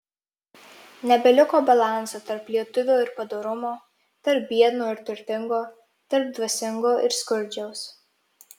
nebeliko balanso tarp lietuvio ir padorumo tarp biedno ir turtingo tarp dvasingo ir skurdžiaus